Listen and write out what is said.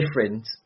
different